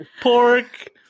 pork